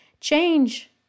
Change